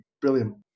brilliant